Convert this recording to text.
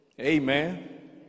Amen